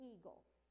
Eagles